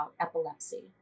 epilepsy